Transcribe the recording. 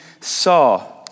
saw